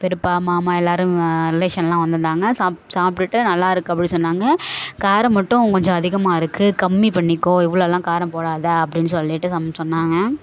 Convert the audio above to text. பெரியப்பா மாமா எல்லாேரும் ரிலேஷனெல்லாம் வந்திருந்தாங்க சாப் சாப்பிட்டுட்டு நல்லா இருக்குது அப்படின்னு சொன்னாங்க காரம் மட்டும் கொஞ்சம் அதிகமாக இருக்குது கம்மி பண்ணிக்கோ இவ்வளோலாம் காரம் போடாதே அப்படின்னு சொல்லிட்டு சமைன்னு சொன்னாங்க